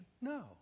No